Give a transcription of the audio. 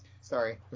Sorry